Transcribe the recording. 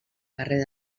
carrer